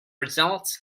results